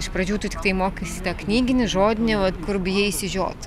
iš pradžių tu tiktai mokaisi tą knyginį žodinį vat kur bijai išsižiot